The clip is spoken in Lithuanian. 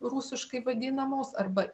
rusiškai vadinamos arba